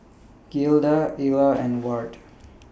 Gilda Ila and Ward